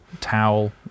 towel